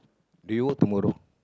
due tomorrow